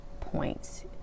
points